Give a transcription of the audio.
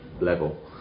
level